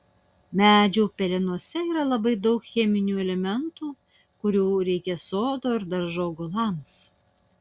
medžių pelenuose yra labai daug cheminių elementų kurių reikia sodo ir daržo augalams